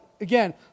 Again